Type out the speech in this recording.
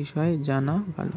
বিষয় জানা ভালো